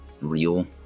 real